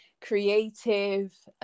creative